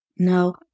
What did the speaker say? No